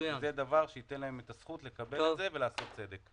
זה דבר שייתן להם את הזכות לקבל ולעשות צדק.